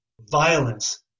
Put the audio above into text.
violence